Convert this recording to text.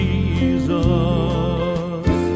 Jesus